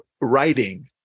Writing